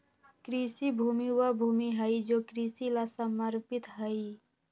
कृषि भूमि वह भूमि हई जो कृषि ला समर्पित हई